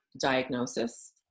diagnosis